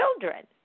children